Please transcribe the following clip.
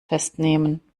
festnehmen